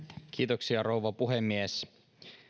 kiitoksia rouva puhemies